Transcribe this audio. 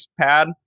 pad